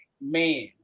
man